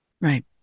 Right